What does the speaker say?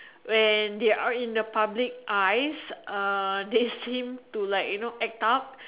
when they're in the public eyes uh they seem to like you know act tough